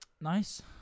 Nice